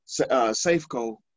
Safeco